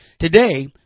today